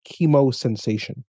chemosensation